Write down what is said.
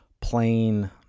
plain